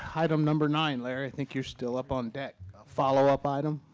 ah item number nine larry, i think you're still up on deck a follow-up item.